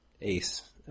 ace